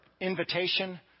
invitation